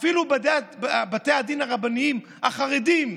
אפילו בתי הדין הרבניים החרדיים,